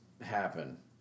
happen